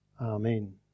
Amen